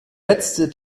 letzte